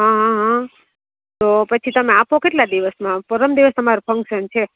હા હા હા તો પછી તમે આપો કેટલા દિવસમાં પરમ દિવસે અમારે ફંકશન છે